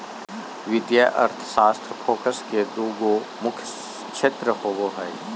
वित्तीय अर्थशास्त्र फोकस के दू गो मुख्य क्षेत्र होबो हइ